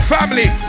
Family